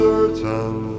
Certain